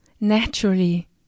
naturally